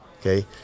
okay